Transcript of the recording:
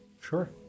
Sure